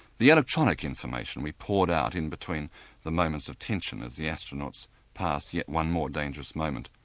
the electronic information we poured out in-between the moments of tension as the astronauts passed yet one more dangerous moment.